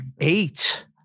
Eight